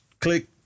click